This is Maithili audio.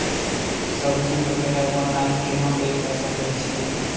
सब्जी वगैरह ऑनलाइन केना बेचे सकय छियै?